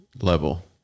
level